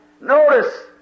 Notice